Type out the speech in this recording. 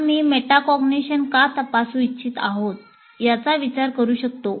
आम्ही मेटाकॉग्निशन का तपासू इच्छित आहोत याचा विचार करू शकतो